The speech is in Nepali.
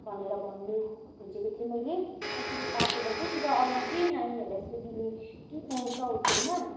भनेर भन्नु खोजेको थिएँ मैले जतिसक्दो तातो बसोस् र अरू केही नानीहरूलाई यस्तो दिने केही पाउँछ होटलमा